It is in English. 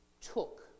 took